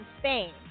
Spain